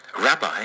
Rabbi